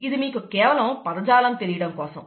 ఇది మీకు కేవలం పదజాలం తెలియడం కోసం